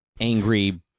angry